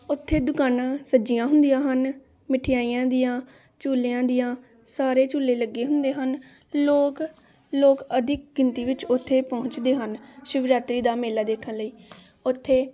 ਉੱਥੇ ਦੁਕਾਨਾਂ ਸਜੀਆਂ ਹੁੰਦੀਆਂ ਹਨ ਮਿਠਿਆਈਆਂ ਦੀਆਂ ਝੂਲਿਆਂ ਦੀਆਂ ਸਾਰੇ ਝੂਲੇ ਲੱਗੇ ਹੁੰਦੇ ਹਨ ਲੋਕ ਲੋਕ ਅਧਿਕ ਗਿਣਤੀ ਵਿੱਚ ਉੱਥੇ ਪਹੁੰਚਦੇ ਹਨ ਸ਼ਿਵਰਾਤਰੀ ਦਾ ਮੇਲਾ ਦੇਖਣ ਲਈ ਉੱਥੇ